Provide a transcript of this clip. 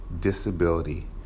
disability